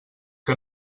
que